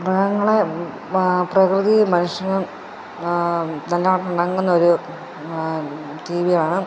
മൃഗങ്ങളെ പ്രകൃതി മനുഷ്യനും ജീവിയാണ്